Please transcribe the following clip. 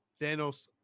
Thanos